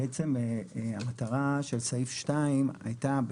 בעצם המטרה של סעיף שתיים הייתה,